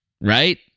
right